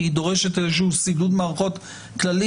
היא דורשת איזשהו שידוד מערכות כללי.